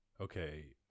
Okay